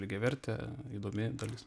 lygiavertė įdomi dalis